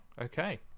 Okay